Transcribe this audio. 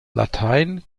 latein